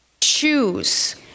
Choose